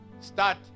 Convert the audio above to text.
start